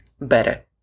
better